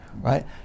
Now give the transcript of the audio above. right